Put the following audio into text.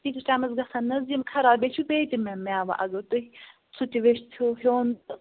تیٖتِس ٹایمس گَژھان نَہ حظ یِم خراب بیٚیہِ چھُ بیٚیہِ تہِ مےٚ میٚوٕ ا گر تُہۍ سُہ تہِ یژِھیٚو ہیٚون تہٕ